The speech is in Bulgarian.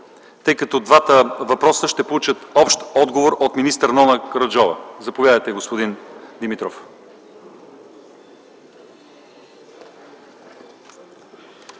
тъй като двата въпроса ще получат общ отговор от министър Нона Караджова. Заповядайте, господин Димитров.